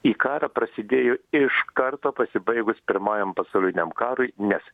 į karą prasidėjo iš karto pasibaigus pirmajam pasauliniam karui nes